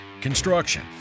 construction